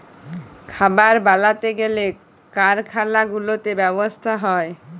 খাবার বালাতে গ্যালে কারখালা গুলাতে ব্যবসা হ্যয়